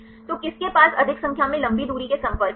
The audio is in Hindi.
तो किसके पास अधिक संख्या में लंबी दूरी के संपर्क हैं